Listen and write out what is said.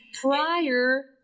Prior